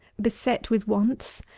beset with wants,